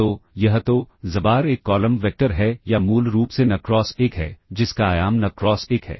तो यह तो xbar एक कॉलम वेक्टर है या मूल रूप से n क्रॉस 1 है जिसका आयाम n क्रॉस 1 है